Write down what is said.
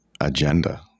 agenda